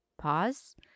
pause